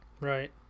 Right